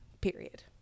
Period